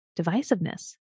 divisiveness